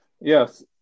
Yes